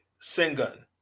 Singun